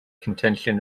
contention